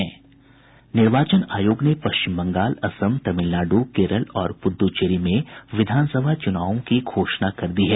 निर्वाचन आयोग ने पश्चिम बंगाल असम तमिलनाडु केरल और पुद्दचेरी में विधानसभा चुनावों की घोषणा कर दी है